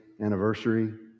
anniversary